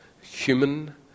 human